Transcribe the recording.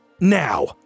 now